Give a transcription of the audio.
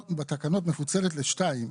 בתקנות מפוצלת לשתיים,